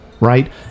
right